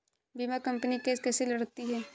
बीमा company case कैसे लड़ती है?